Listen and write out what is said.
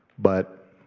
but